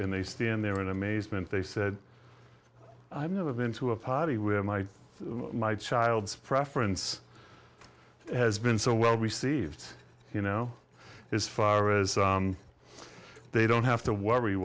and they stand there in amazement they said i've never been to a potty with my my child's preference has been so well received you know is far as they don't have to worry